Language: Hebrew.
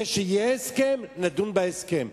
כשיהיה הסכם, נדון בהסכם.